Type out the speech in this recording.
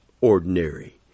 ordinary